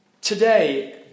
today